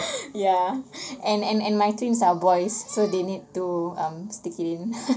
ya and and and my twins are boys so they need to um stick it in